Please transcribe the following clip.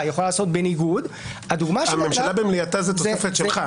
יכולה לעשות בניגוד -- "הממשלה במליאתה" זאת תוספת שלך.